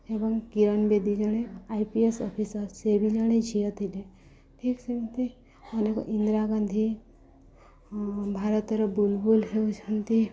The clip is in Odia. ଏବଂ କିରଣ ବେଦି ଜଣେ ଆଇ ପି ଏସ୍ ଅଫିସର୍ ସେ ବି ଜଣେ ଝିଅ ଥିଲେ ଠିକ୍ ସେମିତି ଅନେକ ଇନ୍ଦିରା ଗାନ୍ଧୀ ଭାରତର ବୁଲ୍ବୁଲ୍ ହେଉଛନ୍ତି